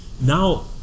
now